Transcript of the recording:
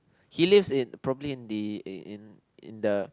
he lives in probably in the in in the